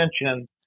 attention